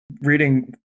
reading